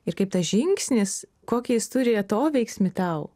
ir kaip tas žingsnis kokį jis turi atoveiksmį tau